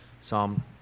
Psalm